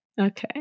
Okay